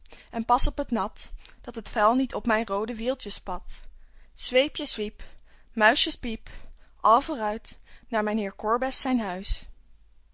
en pas op het nat dat het vuil niet op mijn roode wieltjes spat zweepje zwiep muisjes piep al vooruit naar mijnheer korbes zijn huis